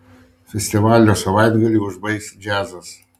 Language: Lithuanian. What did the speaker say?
festivalio savaitgalį užbaigs džiazas